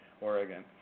Oregon